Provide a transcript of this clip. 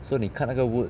so 你 cut 那个 wood